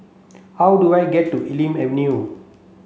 how do I get to Elm Avenue